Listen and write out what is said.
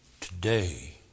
today